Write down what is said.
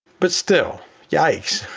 but still yikes,